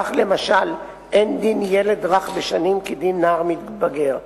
כך, למשל, אין דין ילד רך בשנים כדין נער מתבגר,